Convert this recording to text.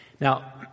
Now